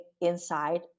inside